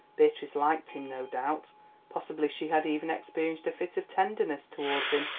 beatrice liked him, no doubt possibly she had even experienced a fit of tenderness towards him.